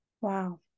wow